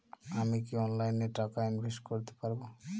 আমি কি অনলাইনে টাকা ইনভেস্ট করতে পারবো?